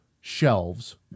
shelves